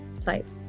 type